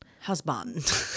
husband